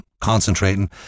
concentrating